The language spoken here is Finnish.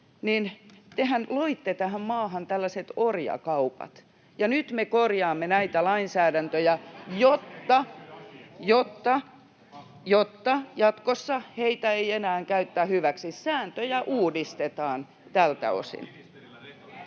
tehän loitte tähän maahan tällaiset orjakaupat. Nyt me korjaamme näitä lainsäädäntöjä, jotta jatkossa heitä ei enää käytetä hyväksi. Sääntöjä uudistetaan tältä osin.